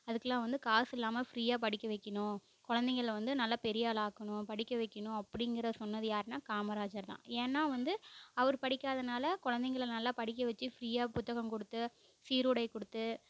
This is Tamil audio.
அதுக்குலாம் வந்து காசு இல்லாமல் ஃப்ரீயாக படிக்க வைக்கணும் குழந்தைங்கள வந்து நல்லா பெரிய ஆளாக ஆக்கணும் படிக்க வைக்கணும் அப்படிங்கிறத சொன்னது யாருன்னா காமராஜர் தான் ஏன்னால் வந்து அவர் படிக்காதனால் குழந்தைங்கள நல்லா படிக்க வச்சி ஃப்ரீயாக புத்தகம் கொடுத்து சீருடை கொடுத்து